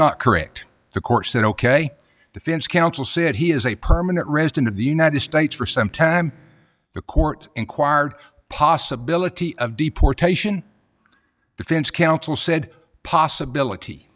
not correct the court said ok defense counsel said he is a permanent resident of the united states for some time the court inquired possibility of deportation defense counsel said possibility